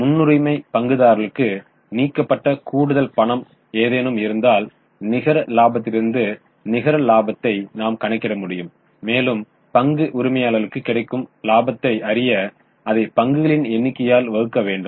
முன்னுரிமை பங்குதாரர்களுக்கு நீக்கப்பட்ட கூடுதல் பணம் ஏதேனும் இருந்தால் நிகர இலாபத்திலிருந்து நிகர இலாபத்தை நாம் கணக்கிட முடியும் மேலும் பங்கு உரிமையாளர்களுக்கு கிடைக்கும் இலாபத்தை அறிய அதை பங்குகளின் எண்ணிக்கையால் வகுக்க வேண்டும்